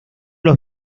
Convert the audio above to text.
los